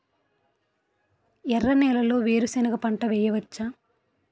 ఎర్ర నేలలో వేరుసెనగ పంట వెయ్యవచ్చా?